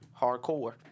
hardcore